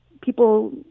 people